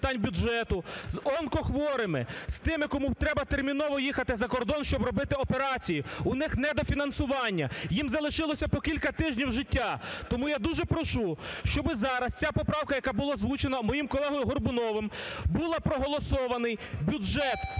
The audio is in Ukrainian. питань бюджету з онкохворими, з тими, кому треба терміново їхати за кордон, щоб робити операції. У них недофінансування, їм залишилося по кілька тижнів життя. Тому я дуже прошу, щоби зараз ця поправка, яка була озвучена моїм колегою Горбуновим, була… проголосований бюджет